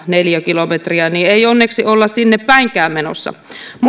neliökilometriä niin ei onneksi olla sinne päinkään menossa